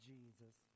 Jesus